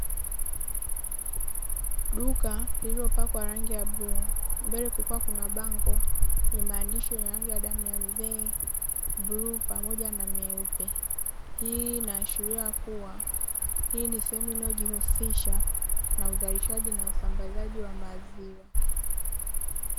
Duka lililopakwa rangi ya bluu, mbele kukiwa kuna bango lenye maandishi yenye rangi ya damu ya mzee, bluu pamoja na meupe. Hii inaashiria kuwa hii ni sehemu inayojihusisha na uzalishaji na usambazaji wa maziwa.